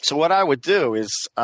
so what i would do is